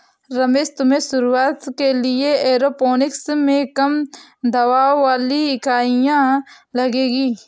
रमेश तुम्हें शुरुआत के लिए एरोपोनिक्स में कम दबाव वाली इकाइयां लगेगी